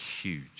huge